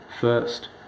first